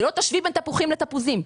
כדי שלא תשווי בין תפוחים לתפוזים.